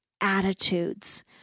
attitudes